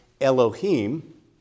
Elohim